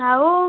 ଆଉ